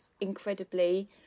incredibly